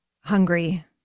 hungry